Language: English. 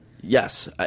Yes